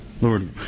Lord